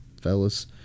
fellas